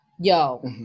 Yo